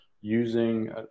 using